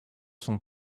son